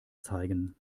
zeigen